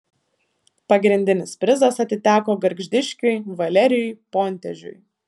pagrindinis prizas atiteko gargždiškiui valerijui pontežiui